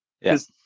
Yes